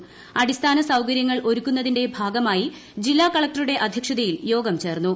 ്അടിസ്ഥാന സൌകര്യങ്ങൾ ഒരുക്കുന്നതിന്റെ ഭാഗമായി ജില്ലാ കളക്ട്റുടെ അദ്ധ്യക്ഷതയിൽ യോഗം ചേർന്നു